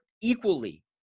equally